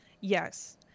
yes